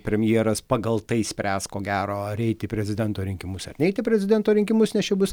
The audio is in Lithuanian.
premjeras pagal tai spręs ko gero ar eit į prezidento rinkimus ar neit į prezidento rinkimus nes čia bus